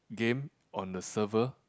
game on the server